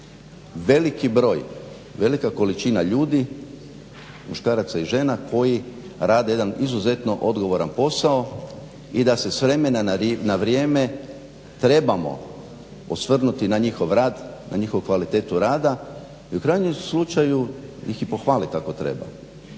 veliki broj, velika količina ljudi muškaraca i žena koji rade jedan izuzetno odgovoran posao i da se s vremena na vrijeme trebamo osvrnuti na njihov rad, na njihovu kvalitetu rada i u krajnjem slučaju ih i pohvaliti ako treba.